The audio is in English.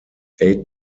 eight